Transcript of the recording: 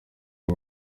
iyi